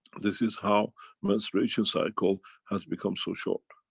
this is how menstruation cycle has become so short.